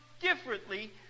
differently